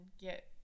get